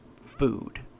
food